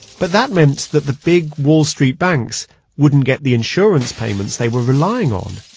but that meant that the big wall street banks wouldn't get the insurance payments they were relying on.